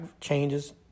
changes